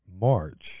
March